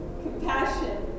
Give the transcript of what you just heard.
compassion